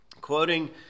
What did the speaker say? quoting